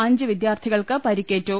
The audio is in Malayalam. അഞ്ച് വിദ്യാർത്ഥികൾക്ക് പരിക്കേറ്റു